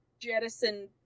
jettison